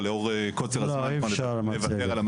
אבל לאור קוצר הזמן --- אי אפשר מצגת.